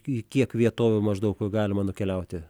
į kiek vietovių maždaug galima nukeliauti